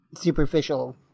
superficial